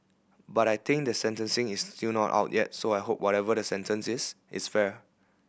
but I think the sentencing is still not out yet so I hope whatever the sentence is it's fair